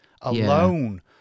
alone